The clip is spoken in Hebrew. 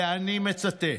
ואני מצטט,